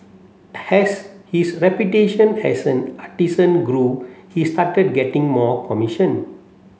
has his reputation as an artisan grew he started getting more commission